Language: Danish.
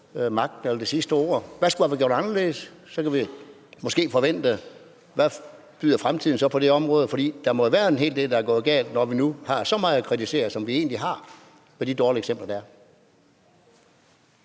magten eller det sidste ord. Hvad skulle man have gjort anderledes? For så kunne vi måske forvente at høre noget om, hvad fremtiden så byder på det område. For der må jo være en hel del, der er gået galt, når vi nu har så meget at kritisere, som vi egentlig har, i forhold til de dårlige eksempler, der